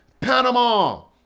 Panama